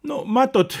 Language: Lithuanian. nu matot